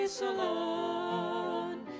alone